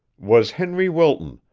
was henry wilton,